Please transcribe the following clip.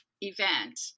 event